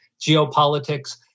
geopolitics